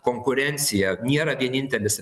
konkurencija nėra vienintelis